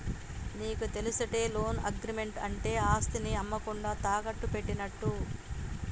నీకు తెలుసటే, loan agreement అంటే ఆస్తిని అమ్మకుండా తాకట్టు పెట్టినట్టు